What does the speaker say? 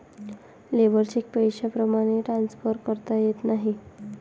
labour cheque पैशाप्रमाणे transfer करता येत नाही